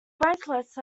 branchlets